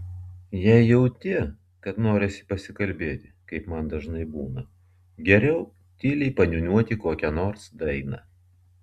jeigu jauti kad nori pasikalbėti kaip man dažnai būna geriau tyliai paniūniuok kokią nors dainą